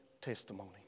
testimony